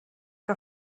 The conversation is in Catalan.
que